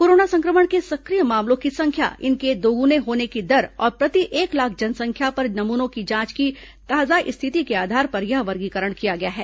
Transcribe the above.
corona संक्रमण के सक्रिय मामलों की संख्या इनके दोगुने होने की दर और प्रति एक लाख जनसंख्या पर नमूनों की जांच की ताजा स्थिति के आधार पर यह वर्गीकरण किया गया है